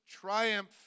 triumph